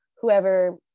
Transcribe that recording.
whoever